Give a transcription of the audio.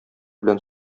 белән